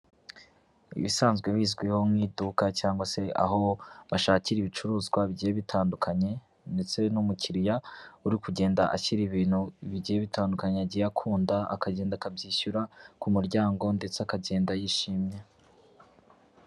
Ibisanzwe bizwiho nk'iduka cyangwa se aho bashakira ibicuruzwa bigiye bitandukanye ndetse n'umukiriya uri kugenda ashyira ibintu bigiye bitandukanye akunda akagenda akabyishyura ku muryango ndetse akagenda yishimye.